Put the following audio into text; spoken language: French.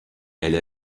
elle